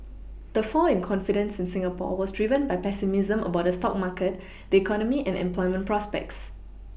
the fall in confidence in Singapore was driven by pessimism about the stock market the economy and employment prospects